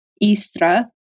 Istra